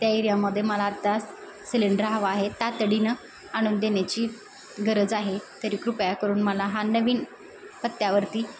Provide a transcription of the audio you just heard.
त्या एरियामध्ये मला आत्ता सिलेंडर हवा आहे तातडीनं आणून देण्याची गरज आहे तरी कृपया करून मला हा नवीन पत्त्यावरती